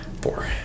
Four